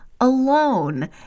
alone